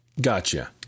Gotcha